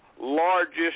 largest